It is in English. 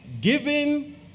giving